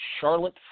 Charlotte